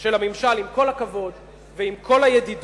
של הממשל, עם כל הכבוד ועם כל הידידות.